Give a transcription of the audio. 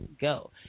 go